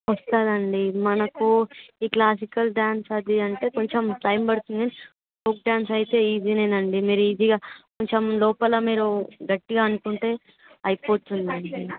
వస్తుందండి మనకు ఈ క్లాసికల్ డ్యాన్స్ అది అంటే కొంచెం టైమ్ పడుతుంది ఫోక్ డ్యాన్స్ అయితే ఈజీనేనండి మీరు ఈజీగా కొంచెం లోపల మీరు గట్టిగా అనుకుంటే అయిపోతుందండి